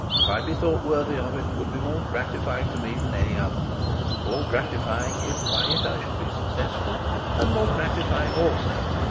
if i be thought worthy of it, would be more gratifying to me than any other more gratifying if by it i should be successful and more gratifying also,